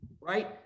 right